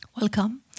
Welcome